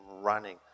running